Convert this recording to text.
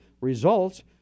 results